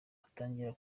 atangira